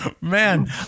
Man